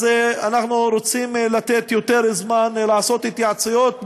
אנחנו רוצים לתת יותר זמן לעשות התייעצויות,